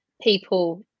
people